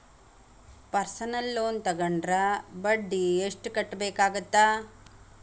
personal loan ತೊಗೊಂಡ್ರ ಬಡ್ಡಿ ಎಷ್ಟ್ ಕಟ್ಟಬೇಕಾಗತ್ತಾ